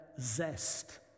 zest